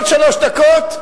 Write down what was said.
עוד שלוש דקות,